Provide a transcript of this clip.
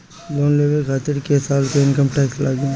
Loan लेवे खातिर कै साल के इनकम टैक्स लागी?